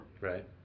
Right